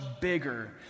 bigger